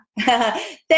Thank